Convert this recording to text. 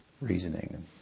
reasoning